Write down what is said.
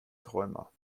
träumer